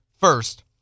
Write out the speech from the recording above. first